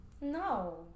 No